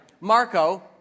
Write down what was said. Marco